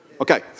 Okay